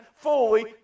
Fully